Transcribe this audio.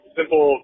simple